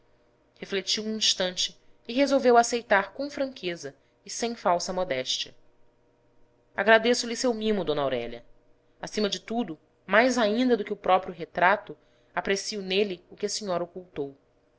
refletiu um instante e resolveu aceitar com franqueza e sem falsa modéstia agradeço-lhe seu mimo d aurélia acima de tudo mais ainda do que o próprio retrato aprecio nele o que a senhora ocultou